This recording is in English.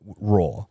raw